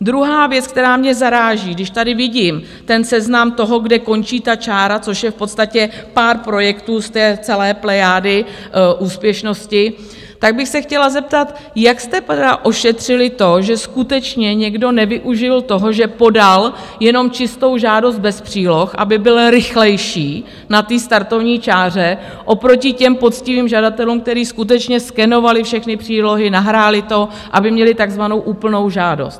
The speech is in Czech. Druhá věc, která mě zaráží, když tady vidím ten seznam toho, kde končí ta čára, což je v podstatě pár projektů z té celé plejády úspěšnosti, tak bych se chtěla zeptat, jak jste ošetřili to, že skutečně někdo nevyužil toho, že podal jenom čistou žádost bez příloh, aby byl rychlejší na startovní čáře oproti poctivým žadatelům, kteří skutečně skenovali všechny přílohy, nahráli to, aby měli takzvanou úplnou žádost.